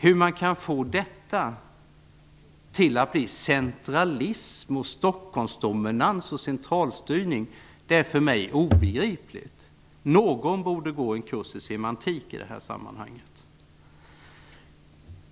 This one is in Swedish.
Hur man kan få detta att bli centralism, Stockholmsdominans och centralstyrning är för mig obegripligt. Någon borde gå en kurs i semantik i det här sammanhanget.